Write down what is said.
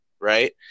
right